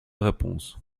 réponse